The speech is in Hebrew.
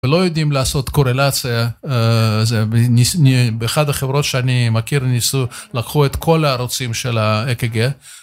לא יודעים לעשות קורלציה זה באחד החברות שאני מכיר ניסו לקחו את כל הערוצים של האק"ג.